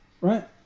right